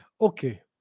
Okay